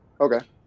Okay